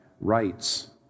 rights